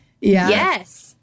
Yes